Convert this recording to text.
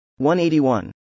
181